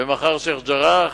ומחר שיח'-ג'ראח,